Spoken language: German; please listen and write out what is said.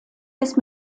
ist